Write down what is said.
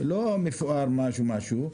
לא מפואר משהו-משהו,